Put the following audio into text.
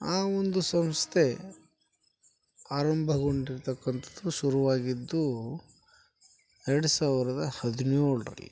ಆ ಒಂದು ಸಂಸ್ಥೆ ಆರಂಭಗೊಂಡಿರ್ತಕ್ಕಂಥದ್ದು ಶುರುವಾಗಿದ್ದು ಎರಡು ಸಾವಿರದ ಹದಿನೇಳರಲ್ಲಿ